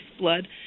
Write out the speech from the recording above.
blood